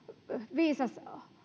viisas